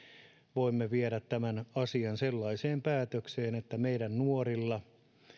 voimme viedä tämän asian sellaiseen päätökseen että meidän nuorilla